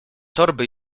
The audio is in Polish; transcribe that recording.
torby